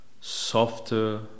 softer